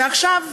ועכשיו,